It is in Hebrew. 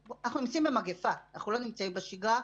אנחנו נמצאים במגפה, אנחנו לא נמצאים בשגרה.